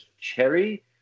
cherry